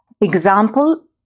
example